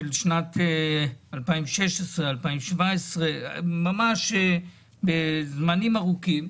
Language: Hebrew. של שנים 2016,2017, ממש זמנים ארוכים.